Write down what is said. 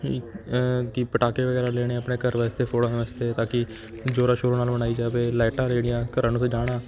ਕਿ ਪਟਾਕੇ ਵਗੈਰਾ ਲੈਣੇ ਆਪਣੇ ਘਰ ਵਾਸਤੇ ਫੋੜਨ ਵਾਸਤੇ ਤਾਂ ਕਿ ਜ਼ੋਰਾਂ ਸ਼ੋਰਾਂ ਨਾਲ ਮਨਾਈ ਜਾਵੇ ਲੈਟਾਂ ਲੈਣੀਆਂ ਘਰਾਂ ਨੂੰ ਸਜਾਉਣਾ